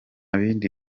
bindi